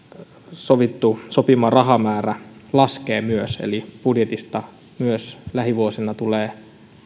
veteraaneille sopima rahamäärä laskee myös eli budjetista myös lähivuosina tulee